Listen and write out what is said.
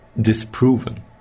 disproven